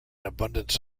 abundance